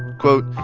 quote,